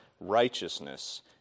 righteousness